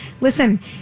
Listen